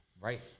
Right